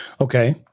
Okay